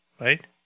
right